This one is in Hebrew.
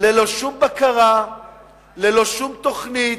ללא שום בקרה וללא שום תוכנית,